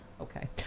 Okay